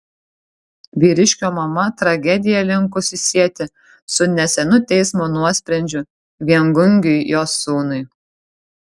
vyriškio mama tragediją linkusi sieti su nesenu teismo nuosprendžiu viengungiui jos sūnui